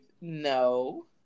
no